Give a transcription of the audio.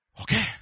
Okay